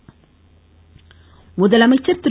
முதலமைச்சர் முதலமைச்சர் திரு